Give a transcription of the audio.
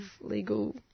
legal